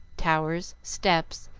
towers, steps,